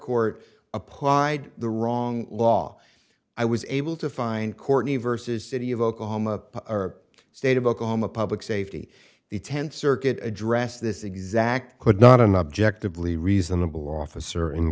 court applied the wrong law i was able to find courtney versus city of oklahoma state of oklahoma public safety the tenth circuit addressed this exact could not an objectively reasonable officer